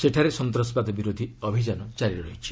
ସେଠାରେ ସନ୍ତାସବାଦ ବିରୋଧୀ ଅଭିଯାନ ଜାରି ରହିଛି